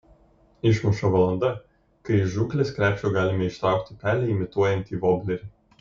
išmuša valanda kai iš žūklės krepšio galime ištraukti pelę imituojantį voblerį